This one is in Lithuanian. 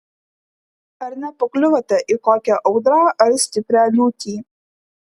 ar nepakliuvote į kokią audrą ar stiprią liūtį